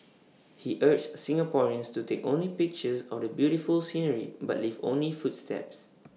he urged Singaporeans to take only pictures of the beautiful scenery but leave only footsteps